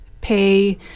pay